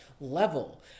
level